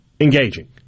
engaging